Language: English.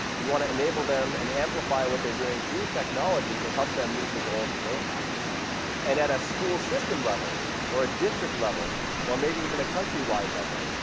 we want to enable them and amplify what they're doing through technology to help them meet the goals that they have and at the ah school system level or a district level or maybe even a country wide level,